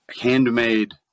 handmade